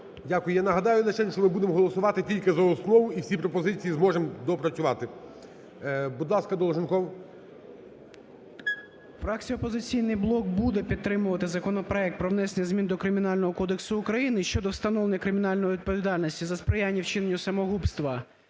Дякую. Я нагадаю лишень, що ми будемо голосувати тільки за основу, і всі пропозиції зможемо доопрацювати. Будь ласка, Долженков.